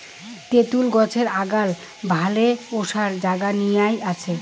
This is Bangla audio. তেতুল গছের আগাল ভালে ওসার জাগা নিয়া আছে